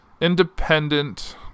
independent